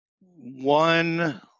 one